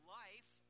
life